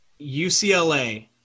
UCLA